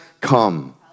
come